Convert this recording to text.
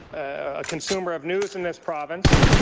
a consumer of news in this province,